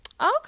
Okay